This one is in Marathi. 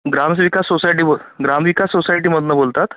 ग्रामस्विकास सोसायटी बो ग्रामविकास सोसायटीमधनं बोलतात